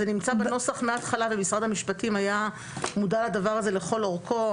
זה נמצא בנוסח מההתחלה ומשרד המשפטים היה מודע לדבר הזה לכל אורכו.